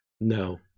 No